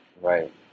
Right